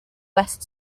west